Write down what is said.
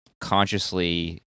consciously